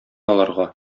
аларга